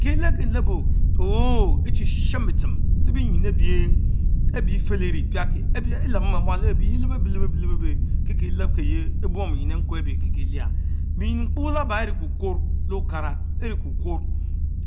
Kie-lebkie- lebo ohh ohh echie shen bitscheme lebiennyim ebich efelle enie piake ebich elemo bemual abichh lebe-beh-leh-beh-bek kikie rebkierie ebuong benjin ekwe abie kiekie liah, benyinκρο Laba enne kukurrh le-okana ene kulturne,